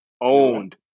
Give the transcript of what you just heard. owned